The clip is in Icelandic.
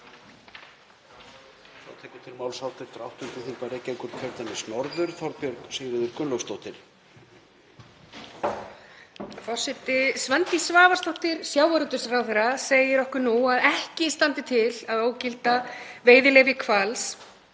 Forseti. Svandís Svavarsdóttir sjávarútvegsráðherra segir okkur nú að ekki standi til að ógilda veiðileyfi hvals